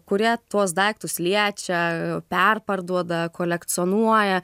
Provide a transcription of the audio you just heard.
kurie tuos daiktus liečia perparduoda kolekcionuoja